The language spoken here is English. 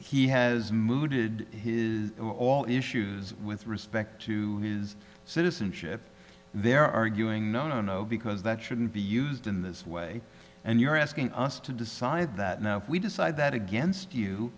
he has mooted all issues with respect to citizenship they're arguing no no no because that shouldn't be used in this way and you're asking us to decide that now if we decide that against you